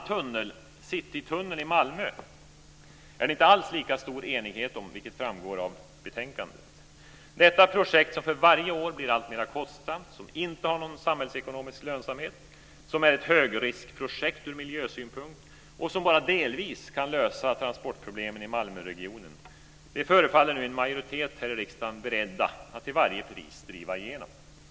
Detta projekt, som för varje år blir alltmera kostsamt, som inte har någon samhällsekonomisk lönsamhet, som är ett högriskprojekt ur miljösynpunkt och som bara delvis kan lösa transportproblemen i Malmöregionen, förefaller nu en majoritet här i riksdagen beredd att till varje pris driva igenom.